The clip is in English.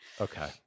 Okay